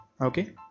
Okay